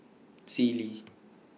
Sealy